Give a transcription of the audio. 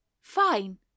Fine